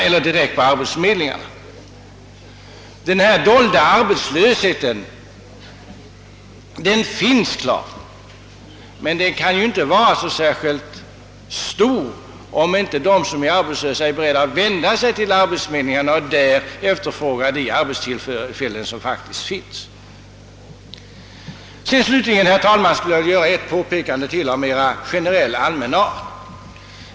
Naturligtvis finns det en dold arbetslöshet, men den kan inte vara av särskilt allvarlig karaktär, om inte vederbörande är beredd att vid arbetsförmedlingarna efterfråga de arbeten som faktiskt finns lediga. Slutligen, herr talman, vill jag göra ett påpekande av mera allmän art.